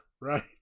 right